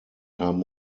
haben